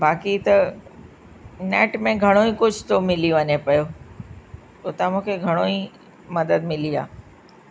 बाकी त नैट में घणो ई कुझु थो मिली वञे पयो उतां मूंखे घणो ई मदद मिली आहे